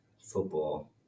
Football